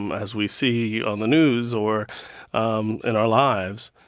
um as we see on the news or um in our lives.